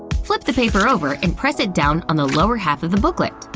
flip the paper over and press it down on the lower half of the booklet.